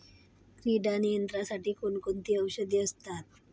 कीड नियंत्रणासाठी कोण कोणती औषधे असतात?